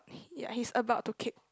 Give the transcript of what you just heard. he ya he's about to kick